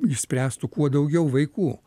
išspręstų kuo daugiau vaikų